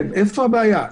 זו הכותרת.